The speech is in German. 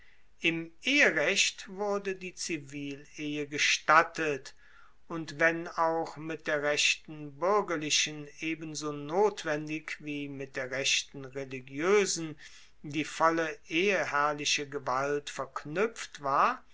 im eherecht wurde die zivilehe gestattet und wenn auch mit der rechten buergerlichen ebenso notwendig wie mit der rechten religioesen die volle eheherrliche gewalt verknuepft war